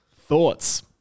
Thoughts